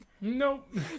Nope